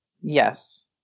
Yes